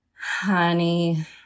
Honey